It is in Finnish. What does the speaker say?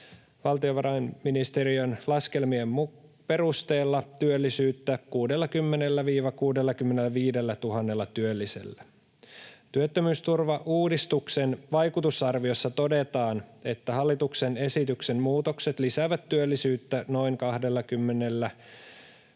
valtiovarainministeriön laskelmien perusteella työllisyyttä 60 000—65 000 työllisellä. Työttömyysturvauudistuksen vaikutusarviossa todetaan, että hallituksen esityksen muutokset lisäävät työllisyyttä noin 20 400